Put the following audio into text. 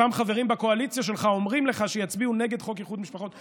אותם חברים בקואליציה שלך אומרים לך שיצביעו נגד חוק איחוד משפחות.